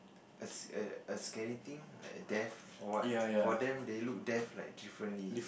a a a scary thing like death or what for them they look death like differently